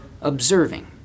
observing